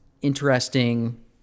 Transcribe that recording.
interesting